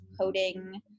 coding